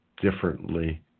differently